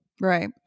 right